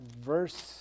verse